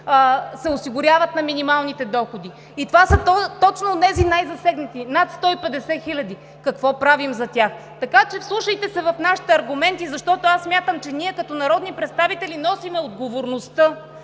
се осигуряват на минималните доходи? Това са точно онези най-засегнати – над 150 000. Какво правим за тях? Вслушайте се в нашите аргументи, защото смятам, че ние като народни представители носим отговорността